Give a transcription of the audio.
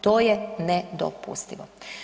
To je nedopustivo.